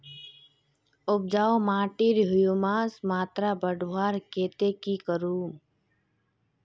उपजाऊ माटिर ह्यूमस मात्रा बढ़वार केते की करूम?